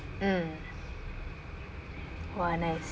mm !wah! nice